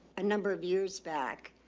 a number of years back.